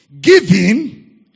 Giving